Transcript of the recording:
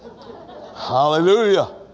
Hallelujah